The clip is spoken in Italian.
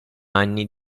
anni